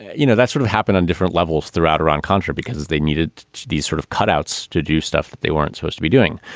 you know, that's sort of happened on different levels throughout iran-contra because they needed these sort of cut outs to do stuff that they weren't supposed to be doing.